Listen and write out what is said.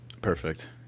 Perfect